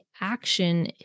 action